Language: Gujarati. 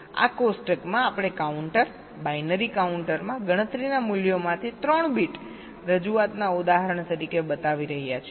આ કોષ્ટકમાં આપણે કાઉન્ટર બાઈનરી કાઉન્ટરમાં ગણતરીના મૂલ્યોમાંથી 3 બીટ રજૂઆતના ઉદાહરણ તરીકે બતાવી રહ્યા છીએ